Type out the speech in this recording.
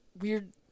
weird